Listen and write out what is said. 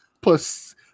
Plus